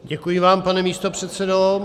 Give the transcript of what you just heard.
Děkuji vám, pane místopředsedo.